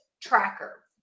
tracker